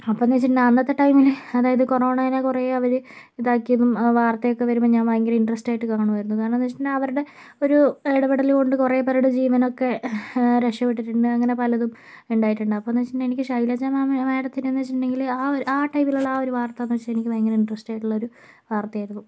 അപ്പോഴെന്നു വെച്ചിട്ടുണ്ടെങ്കിൽ അന്നത്തെ ടൈമിൽ അതായത് കൊറോണയെ കുറേ അവർ ഇതാക്കിയതും വാർത്തയൊക്കെ വരുമ്പോൾ ഞാൻ ഭയങ്കര ഇൻട്രസ്റ്റ് ആയിട്ട് കാണുമായിരുന്നു കാരണമെന്നു വെച്ചിട്ടുണ്ടേ അവരുടെ ഒരു ഇടപെടൽ കൊണ്ട് കുറേ പേരുടെ ജീവനൊക്കെ രക്ഷപ്പെട്ടിട്ടുണ്ട് അങ്ങനെ പലതും ഉണ്ടായിട്ടുണ്ട് അപ്പോഴെന്നു വെച്ചിട്ടുണ്ടെങ്കിൽ എനിക്ക് ഷൈലജ മാമിനെ മാഡത്തിനെന്നു വെച്ചിട്ടുണ്ടെങ്കിൽ ആ ഒരു ആ ടൈമിലുള്ള ആ ഒരു വാർത്തയെന്ന് വെച്ചു കഴിഞ്ഞാൽ എനിക്ക് ഭയങ്കര ഇൻട്രസ്റ്റ് ആയിട്ടുള്ള ഒരു വാർത്തയായിരുന്നു